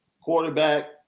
quarterback